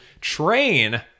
train